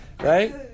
Right